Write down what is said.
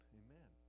amen